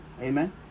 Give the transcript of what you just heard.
Amen